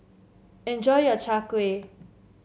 enjoy your Chai Kueh